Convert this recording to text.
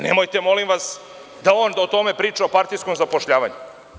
Nemojte molim vas da on priča o partijskom zapošljavanju.